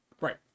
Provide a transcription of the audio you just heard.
Right